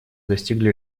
достигли